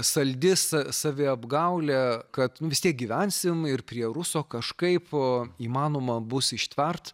saldi sa saviapgaulė kad vis tiek gyvensim ir prie ruso kažkaip įmanoma bus ištvert